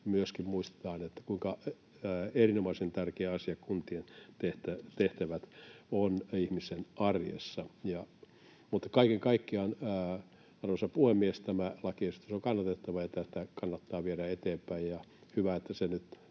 myöskin muistetaan, kuinka erinomaisen tärkeitä asioita kuntien tehtävät ovat ihmisten arjessa. Kaiken kaikkiaan, arvoisa puhemies, tämä lakiesitys on kannatettava ja tätä kannattaa viedä eteenpäin. Hyvä, että se nyt